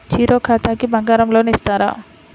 Zero ఖాతాకి బంగారం loan ఇస్తారా?